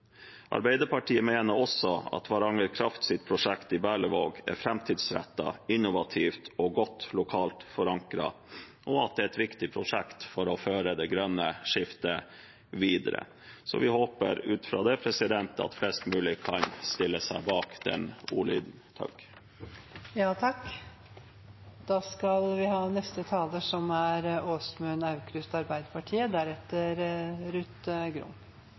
Arbeiderpartiet mener også at Varanger Krafts prosjekt i Berlevåg er framtidsrettet, innovativt og godt lokalt forankret, og at det er et viktig prosjekt for å føre det grønne skiftet videre. Så vi håper ut fra det at flest mulig kan stille seg bak den ordlyden. Arbeiderpartiet har denne høsten lagt fram to alternative statsbudsjetter. Det er